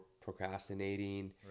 procrastinating